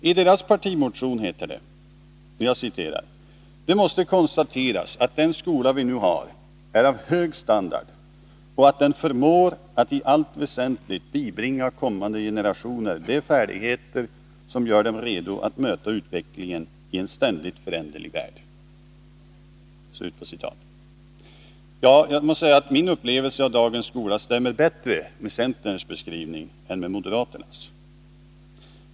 I deras partimotion heter det: ”Det måste konstateras att den skola vi nu har är av hög standard och att den förmår att i allt väsentligt bibringa kommande generationer de färdigheter som gör dem redo att möta utvecklingen i en ständigt föränderlig värld.” Min upplevelse av dagens skola stämmer bättre med centerns beskrivning än med moderaternas.